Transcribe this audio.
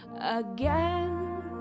again